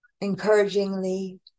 encouragingly